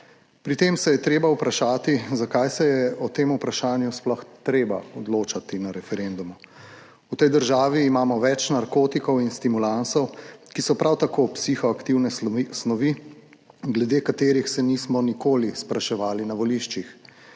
Pri tem se je treba vprašati, zakaj se je o tem vprašanju sploh treba odločati na referendumu. V tej državi imamo več narkotikov in stimulansov, ki so prav tako psihoaktivne snovi, glede katerih se nismo nikoli spraševali na voliščih.